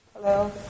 Hello